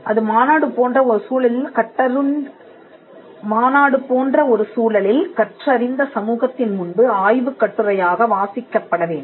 அது மாநாடு போன்ற ஒரு சூழலில் கற்றறிந்த சமூகத்தின் முன்பு ஆய்வுக் கட்டுரையாக வாசிக்கப்பட வேண்டும்